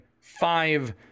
five